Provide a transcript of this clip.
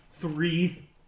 Three